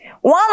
One